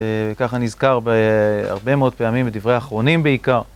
וככה נזכר בהרבה מאוד פעמים בדברי האחרונים בעיקר.